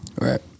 right